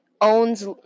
owns